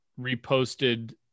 reposted